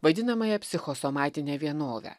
vadinamąją psichosomatinę vienovę